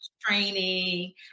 training